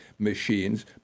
machines